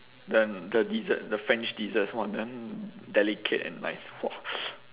their the dessert the french desserts !wah! damn delicate and nice !wah!